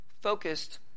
focused